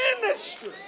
ministry